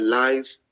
life